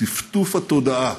בטפטוף התודעה,